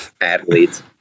athletes